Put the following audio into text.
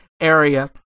area